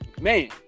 man